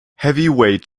heavyweight